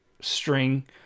string